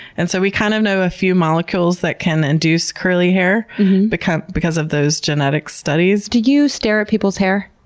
and so we kind of know a few molecules that can induce curly hair because because of those genetic studies. do you stare at people's hair?